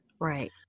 Right